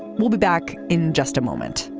we'll be back in just a moment